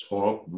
Talk